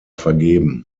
vergeben